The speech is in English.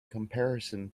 comparison